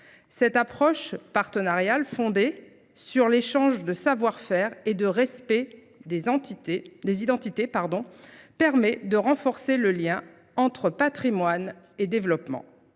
Cette approche partenariale fondée sur sur l'échange de savoir-faire et de respect des identités permet de renforcer le lien entre patrimoine et développement.